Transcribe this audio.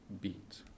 beat